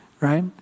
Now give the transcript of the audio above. right